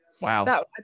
Wow